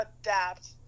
adapt